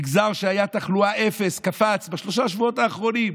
מגזר שהייתה בו תחלואה אפס קפץ בשלושת השבועות האחרונים,